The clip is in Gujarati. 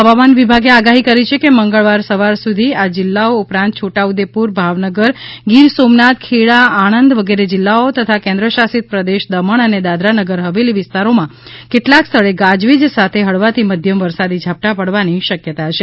હવામાન વિભાગે આગાહી કરી છે કે મંગળવાર સવાર સુધી આ જિલ્લાઓ ઉપરાંત છોટાઉદેપુર ભાવનગર ગીરસોમનાથ ખેડા આણંદ વગેરે જિલ્લાઓમાં તથા કેન્દ્ર શાસિત પ્રદેશ દમણ અને દાદરાનગર હવેલી વિસ્તારોમાં કેટલાંક સ્થળે ગાજવીજ સાથે હળવાથી મધ્યમ વરસાદી ઝાપટાંની શક્યતા છે